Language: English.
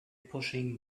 pushing